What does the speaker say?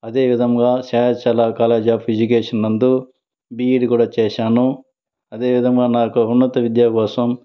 అదేవిధంగా Seshachala college of education నందు B Ed కూడ చేశాను అదేవిధంగా నాకు ఉన్నత విద్యాభ్యాసం